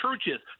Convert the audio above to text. churches